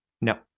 No